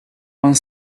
one